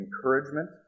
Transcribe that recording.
encouragement